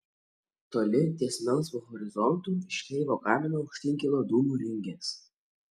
toli ties melsvu horizontu iš kreivo kamino aukštyn kilo dūmų ringės